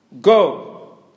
Go